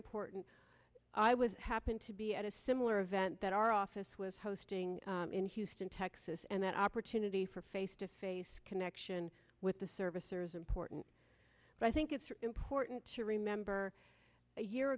important i was happened to be at a similar event that our office was hosting in houston texas and that opportunity for face to face connection with the service or is important but i think it's important to remember a year